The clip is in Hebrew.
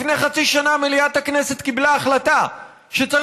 לפני חצי שנה מליאת הכנסת קיבלה החלטה שצריך